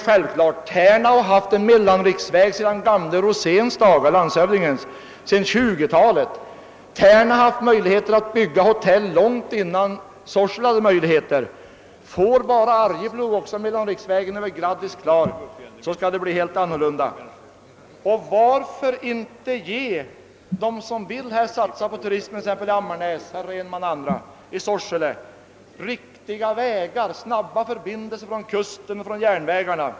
Tärna har haft en mellanriks väg sedan gamle landshövding Roséns dagar. Där har man haft möjligheter att bygga hotell långt innan Sorsele hade det. Får bara Arjeplogs kommun mellanriksvägen över Graddis klar skall förhållandena bli helt annorlunda. Varför inte ge dem som vill satsa på turismen — t.ex. hotell Rehnman i Ammarnäs eller andra i Sorsele — riktiga vägar och snabba förbindelser från kusten och järnvägarna?